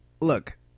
Look